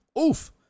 Oof